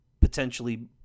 potentially